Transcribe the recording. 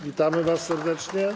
Witamy was serdecznie.